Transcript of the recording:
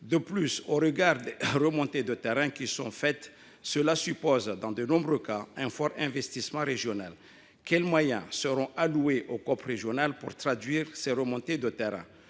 De plus, au regard des remontées de terrain qui seront faites, cela supposera dans de nombreux cas un fort investissement régional. Quels moyens seront alloués aux COP régionales pour traduire ces remontées de terrain ?